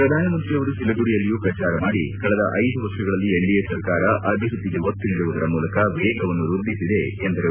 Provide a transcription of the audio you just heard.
ಪ್ರಧಾನಮಂತ್ರಿಯವರು ಸಿಲಗುರಿಯಲ್ಲಿಯೂ ಪ್ರಚಾರ ಮಾಡಿ ಕಳೆದ ಐದು ವರ್ಷಗಳಲ್ಲಿ ಎನ್ಡಿಎ ಸರ್ಕಾರ ಅಭಿವೃದ್ದಿಗೆ ಒತ್ತು ನೀಡುವುದರ ಮೂಲಕ ವೇಗವನ್ನು ವೃದ್ಧಿಸಿದೆ ಎಂದರು